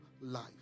life